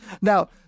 Now